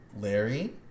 Larry